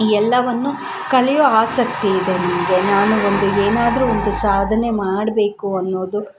ಎಲ್ಲವನ್ನೂ ಕಲಿಯೋ ಆಸಕ್ತಿ ಇದೆ ನನಗೆ ನಾನು ಒಂದು ಏನಾದರೂ ಒಂದು ಸಾಧನೆ ಮಾಡಬೇಕು ಅನ್ನೋದು